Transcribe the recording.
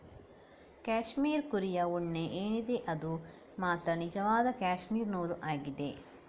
cashmere ಕುರಿಯ ಉಣ್ಣೆ ಏನಿದೆ ಅದು ಮಾತ್ರ ನಿಜವಾದ ಕ್ಯಾಶ್ಮೀರ್ ನೂಲು ಆಗಿದೆ